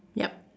yup